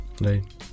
right